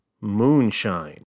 Moonshine